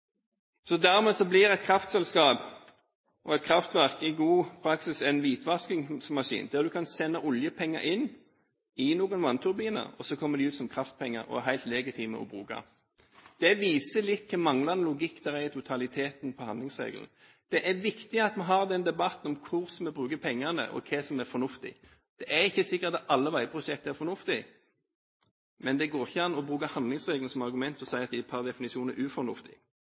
Dermed blir et kraftselskap og et kraftverk i praksis en hvitvaskingsmaskin. Man kan sende oljepenger inn, i noen vannturbiner, og så kommer de ut som kraftpenger, og er helt legitime å bruke. Det viser litt om hva slags manglende logikk det er i totaliteten på handlingsregelen. Det er viktig at vi har en debatt om hvordan vi skal bruke pengene, og hva som er fornuftig. Det er ikke sikkert at alle veiprosjekter er fornuftige, men det går ikke an å bruke handlingsregelen som argument og si at de per definisjon er